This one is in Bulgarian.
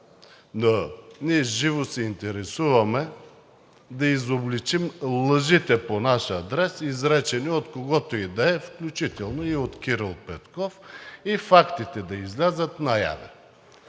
но живо се интересуваме да изобличим лъжите по наш адрес, изречени от когото и да е, включително и от Кирил Петков, и фактите да излязат наяве,